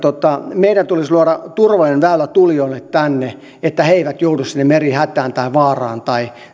meidän tulisi luoda turvallinen väylä tulijoille tänne että he eivät joudu sinne merihätään tai vaaraan tai